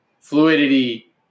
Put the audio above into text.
fluidity